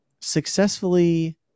successfully